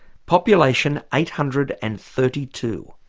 population eight hundred and thirty two.